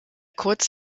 kurz